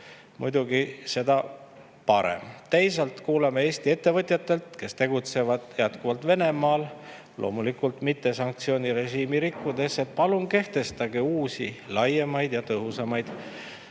muidugi. Teisalt kuuleme Eesti ettevõtjatelt, kes tegutsevad jätkuvalt Venemaal – loomulikult mitte sanktsioonirežiimi rikkudes –, et palun kehtestage uusi, laiemaid ja tõhusamaid